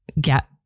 get